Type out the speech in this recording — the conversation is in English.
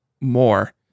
more